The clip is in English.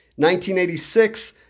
1986